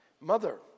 mother